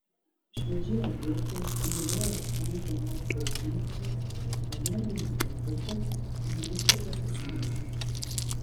švieži agurkai stimuliuoja skrandžio liaukų funkcijas pagerina apetitą ir maisto pasisavinimą